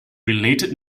related